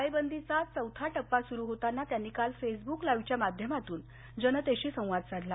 टाळेबंदीच्या चौथा टप्पा सुरू होताना त्यांनी काल फेसबुक लाइव्हच्या माध्यमातून जनतेशी संवाद साधला